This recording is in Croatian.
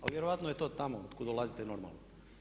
Ali vjerojatno je to tamo otkud dolazite normalno.